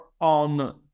on